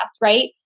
right